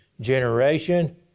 generation